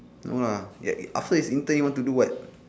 no lah yet he after his intern he want to do what